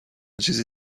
چیزی